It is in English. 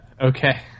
Okay